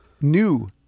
new